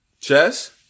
Chess